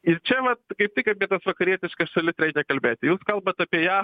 ir čia vat kaip tik apie tas vakarietiškas šalis reikia kalbėti jūs kalbat apie jav